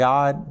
God